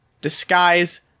Disguise